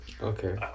Okay